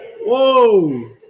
Whoa